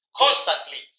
constantly